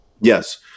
Yes